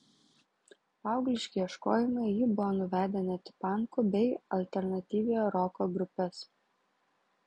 paaugliški ieškojimai jį buvo nuvedę net į pankų bei alternatyviojo roko grupes